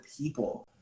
people